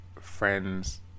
friends